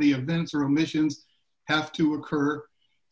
of the events or missions have to occur